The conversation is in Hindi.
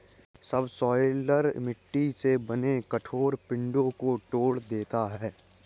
सबसॉइलर मिट्टी से बने कठोर पिंडो को तोड़ देता है